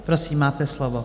Prosím, máte slovo.